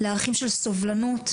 לערכים של סובלנות,